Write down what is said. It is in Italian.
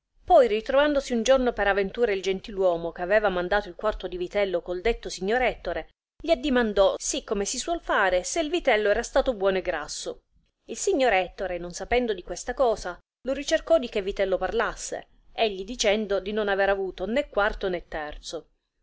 poi ritrovandosi un giorno per aventura il gentil'uomo ch'aveva mandato il quarto di vitello col detto signor ettore gli addimandò sì come si suol fare se vitello era stato buono e grasso il signor ettore non sapendo di questa cosa lo ricercò di che vitello parlasse egli dicendo non aver avuto né quarto né terzo